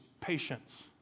patience